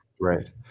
Right